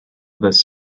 this